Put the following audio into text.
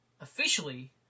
officially